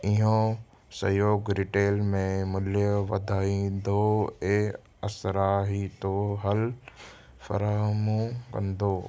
इहो सहयोगु रीटेल में मूल्य वधाईंदो ऐं असराइतो हल फ़राहमु कंदो